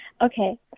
Okay